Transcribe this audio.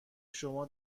شما